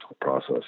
process